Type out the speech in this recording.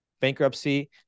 bankruptcy